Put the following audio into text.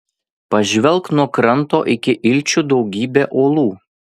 pažvelk nuo kranto iki ilčių daugybė uolų